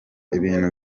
ibintu